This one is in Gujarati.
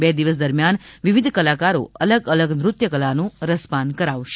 બે દિવસ દરમ્યાન વિવિધ કલાકારો અલગ અલગ નૃત્ય કલાનું રસપાન કરાવશે